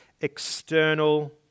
external